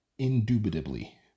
indubitably